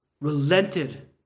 relented